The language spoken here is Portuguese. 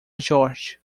george